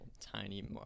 tiny